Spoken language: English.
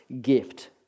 gift